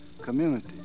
community